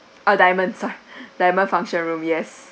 uh diamond sor~ diamond function room yes